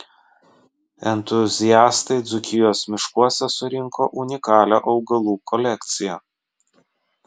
entuziastai dzūkijos miškuose surinko unikalią augalų kolekciją